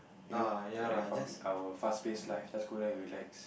you know like from our fast paced life just go there relax